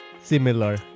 similar